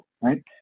right